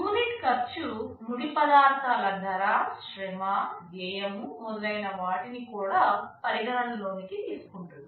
unit ఖర్చు ముడి పదార్థాల ధర శ్రమ వ్యయం మొదలైన వాటిని కూడా పరిగణన లోనికి తీసుకుంటుంది